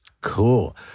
Cool